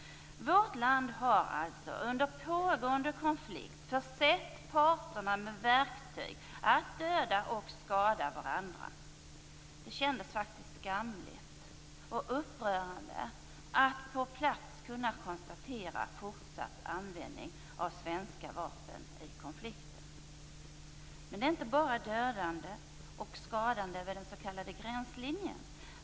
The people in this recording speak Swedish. Vårt land har alltså under pågående konflikt försett parterna med verktyg att döda och skada varandra. Det kändes faktiskt skamligt och upprörande att på plats kunna konstatera fortsatt användning av svenska vapen i konflikten. Men det är inte bara dödande och skadande vid den s.k. gränslinjen.